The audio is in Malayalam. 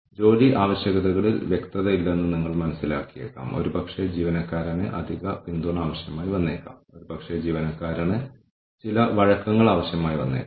ഈ ടെക്നോളജിയുമായി കൂടുതൽ സുഖം അനുഭവിക്കുന്ന ആളുകൾ ഉണ്ടാകും കൂടാതെ ലീവുകൾക്കായി അപേക്ഷിക്കുന്നതിന് സാധാരണ പേനയും പേപ്പർ രീതിയും ഉപയോഗിക്കാൻ അവർ ആഗ്രഹിക്കുന്നില്ല